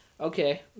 Okay